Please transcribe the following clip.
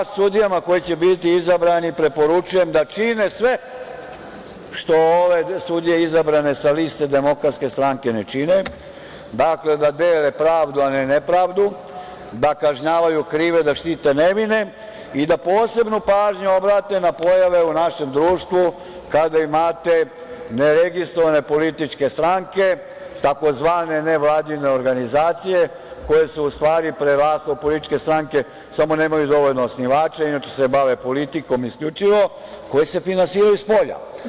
Sudijama koji će biti izabrane preporučujem da čine sve što ove sudije izabrane sa liste Demokratske stranke ne čine - dakle, da dele pravdu, a ne nepravdu, da kažnjavaju krive, da štite nevine i da posebnu pažnju obrate na pojave u našem društvu kada imate neregistrovane političke stranke, tzv. nevladine organizacije koje su u stvari prerasle u političke stranke samo nemaju dovoljno osnivače, inače se bave politikom, isključivo koje se finansiraju spolja.